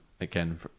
again